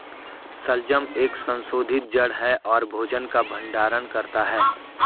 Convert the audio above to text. शलजम एक संशोधित जड़ है और भोजन का भंडारण करता है